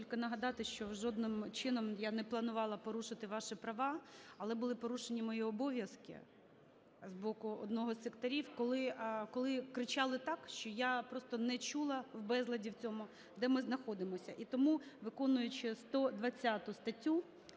тільки нагадати, що жодним чином я не планувала порушити ваші права, але були порушені мої обов'язки з боку одного з секторів, коли кричали так, що я просто не чула в безладі цьому, де ми знаходимося. І тому, виконуючи 120 статтю,